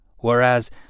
whereas